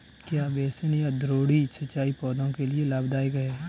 क्या बेसिन या द्रोणी सिंचाई पौधों के लिए लाभदायक है?